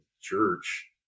church